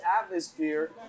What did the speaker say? atmosphere